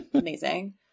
Amazing